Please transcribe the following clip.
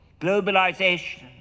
globalization